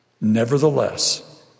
Nevertheless